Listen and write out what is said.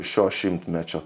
šio šimtmečio